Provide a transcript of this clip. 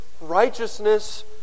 righteousness